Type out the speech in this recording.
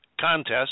Contest